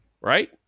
right